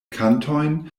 kantojn